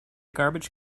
garbage